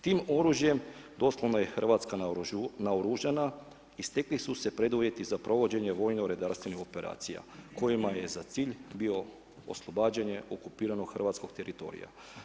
Tim oružjem doslovno je Hrvatska naoružana i stekli su se preduvjeti za provođenje vojno-redarstvenih operacija kojima je za cilj bilo oslobađanje okupiranog hrvatskog teritorija.